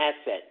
asset